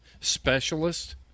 specialist